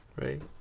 right